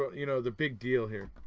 you know, the big deal here.